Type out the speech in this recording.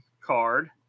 card